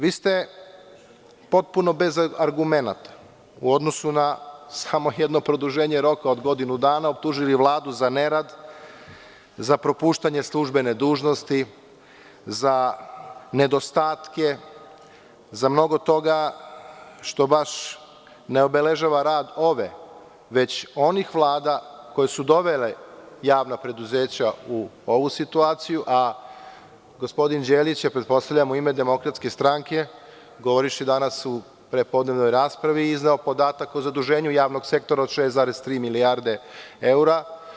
Vi ste potpuno bez argumenata, u odnosu na samo jedno produženje roka od godinu dana, optužili Vladu za nerad, za propuštanje službene dužnosti, za nedostatke, za mnogo toga što baš ne obeležava rad ove, već onih vlada koje su dovele javna preduzeća u ovu situaciju, a gospodin Đelić je, pretpostavljam, u ime DS, govorivši danas u prepodnevnoj raspravi, izneo podatak o zaduženju javnog sektora od 6,3 milijarde eura.